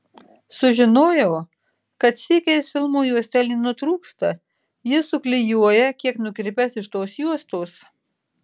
sužinojau kad sykiais filmo juostelė nutrūksta jis suklijuoja kiek nukirpęs iš tos juostos